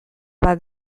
bat